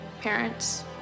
parents